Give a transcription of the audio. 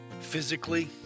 physically